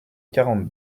quarante